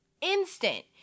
instant